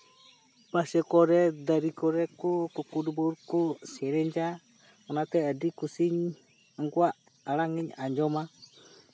ᱯᱟᱥᱮ ᱠᱚᱨᱮ ᱫᱟᱨᱮ ᱠᱚ ᱠᱩᱠᱩ ᱰᱩᱵᱩᱨ ᱠᱚ ᱥᱮᱨᱮᱧᱟ ᱚᱱᱟᱛᱮ ᱟᱹᱰᱤ ᱠᱩᱥᱤᱧ ᱩᱱᱠᱯᱣᱟᱜ ᱟᱲᱟᱝ ᱤᱧ ᱟᱸᱡᱚᱢᱟ